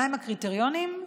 מהם הקריטריונים?